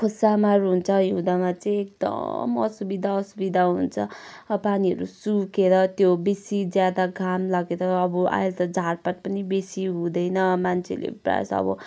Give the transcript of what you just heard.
खोसामार हुन्छ हिउँदमा चाहिँ एकदम असुविधा असुविधा हुन्छ पानीहरू सुकेर त्यो बेसी ज्यादा घाम लागेर अब अहिले त झारपात पनि बेसी हुँदैन मान्छेले प्रायः जस्तो अब